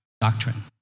doctrine